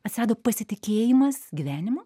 atsirado pasitikėjimas gyvenimu